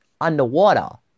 underwater